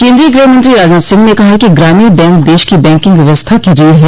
केन्द्रीय ग्रहमंत्री राजनाथ सिंह ने कहा है कि ग्रामीण बैंक देश की बैंकिंग व्यवस्था की रीढ़ है